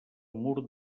mur